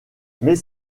mais